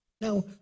Now